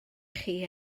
chi